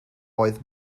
oedd